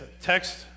text